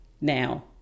Now